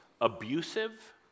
abusive